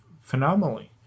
phenomenally